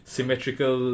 Symmetrical